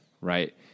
Right